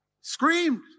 screamed